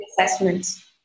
assessments